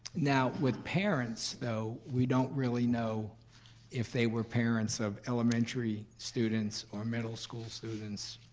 now with parents though, we don't really know if they were parents of elementary students, or middle school students,